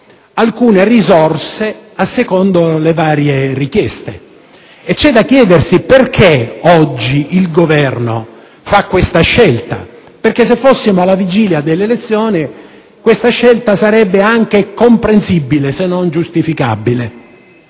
alcune risorse a seconda delle varie richieste. E c'è da chiedersi perché oggi il Governo fa questa scelta, perché se fossimo alla vigilia delle elezioni, essa sarebbe anche comprensibile se non giustificabile.